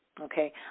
okay